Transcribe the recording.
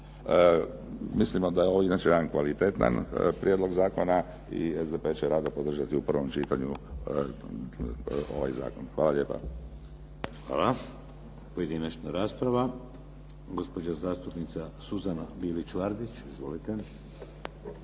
Mislimo da je ovo inače jedan kvalitetan prijedlog zakona i SDP će rado podržati u prvom čitanju ovaj zakon. Hvala lijepo. **Šeks, Vladimir (HDZ)** Hvala. Pojedinačna rasprava. Gospođa zastupnica Suzana Bilić Vardić. Izvolite.